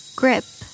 grip